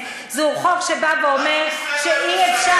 זהו חוק שבפעם הראשונה בא ואומר שאי-אפשר לעשות monkey business,